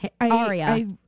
aria